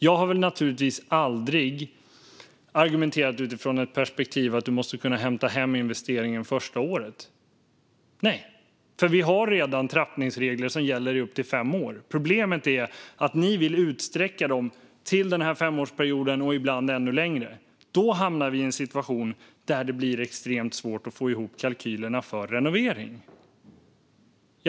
Jag har naturligtvis aldrig argumenterat utifrån perspektivet att man måste kunna hämta hem investeringen första året, för vi har redan trappningsregler som gäller i upp till fem år. Problemet är att ni vill utsträcka det, ibland ännu längre än den här femårsperioden. Då hamnar vi i en situation där det blir extremt svårt att få ihop kalkylerna för renovering.